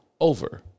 over